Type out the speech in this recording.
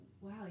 wow